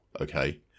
okay